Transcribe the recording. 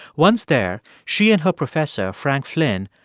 once there, she and her professor, frank flynn,